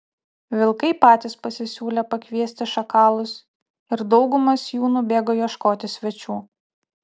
vilkai patys pasisiūlė pakviesti šakalus ir daugumas jų nubėgo ieškoti svečių